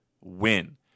win